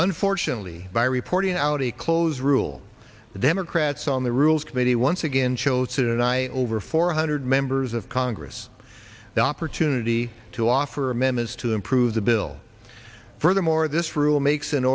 unfortunately by reporting out a close rule the democrats on the rules committee once again chose to night over four hundred members of congress the opportunity to offer amendments to improve the bill furthermore this rule makes an